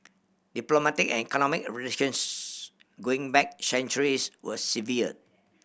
diplomatic and economic relations going back centuries were severed